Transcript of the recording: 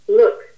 look